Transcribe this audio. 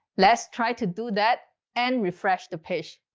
let's try to do that and refresh the page.